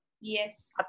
Yes